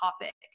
topic